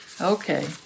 Okay